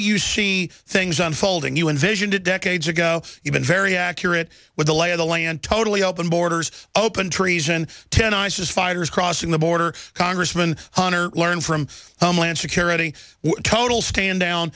you see things unfold and you envisioned it decades ago even very accurate with the lay of the land totally open borders open treason ten isis fighters crossing the border congressman hunter learn from homeland security total stand down